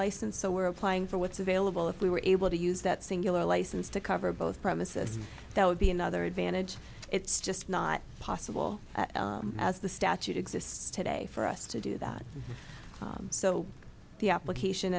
license so we're applying for what's available if we were able to use that singular license to cover both premises that would be another advantage it's just not possible as the statute exists today for us to do that so the application